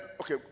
okay